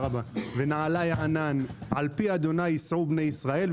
"ונעלה הענן: על פי ה' ייסעו בני ישראל,